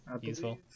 useful